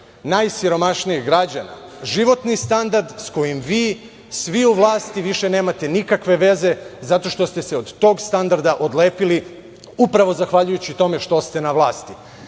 najsiromašnijih građana. Životni standard s kojim vi svi u vlasti više nemate nikakve veze, zato što ste se od tog standarda odlepili, upravo zahvaljujući tome što ste na vlasti.